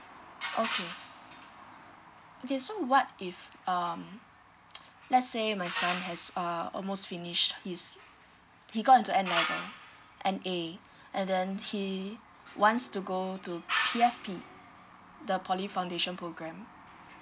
okay okay so what if um let's say my son has err almost finish his he got into N level N A and then he wants to go to P_F_P the poly foundation program